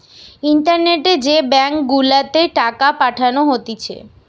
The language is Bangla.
ইন্টারনেটে যে ব্যাঙ্ক গুলাতে টাকা পাঠানো হতিছে